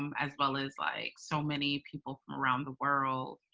um as well as like so many people from around the world.